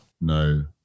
No